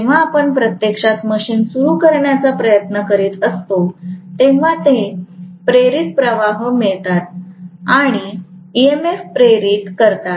जेव्हा आपण प्रत्यक्षात मशीन सुरू करण्याचा प्रयत्न करीत असतो तेव्हा हे प्रेरित प्रवाह मिळवतात ईएमएफ प्रेरित करतात